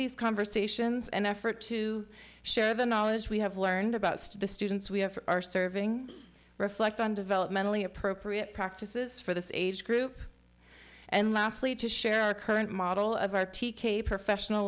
these conversations and effort to share the knowledge we have learned about the students we have are serving reflect on developmentally appropriate practices for this age group and lastly to share a current model of r t k professional